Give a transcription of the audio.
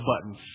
buttons